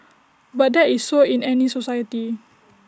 but that is so in any society